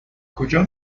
کجا